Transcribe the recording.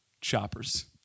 Choppers